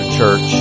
Church